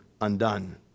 undone